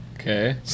Okay